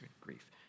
grief